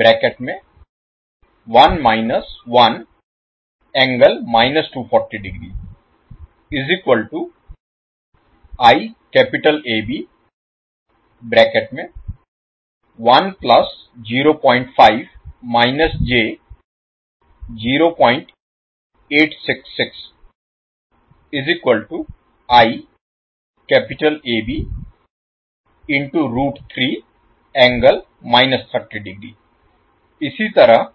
तो यहां यदि आप केसीएल लगाते हैं तो आपको मिलेगा अब इसी तरह